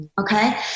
Okay